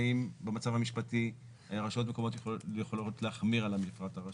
האם במצב המשפטי רשויות מקומיות יכולות להחמיר על המפרט הרשותי.